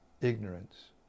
ignorance